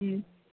ம்